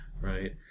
right